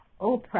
Oprah